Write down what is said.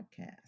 podcast